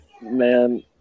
Man